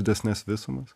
didesnes visumas